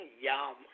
Yum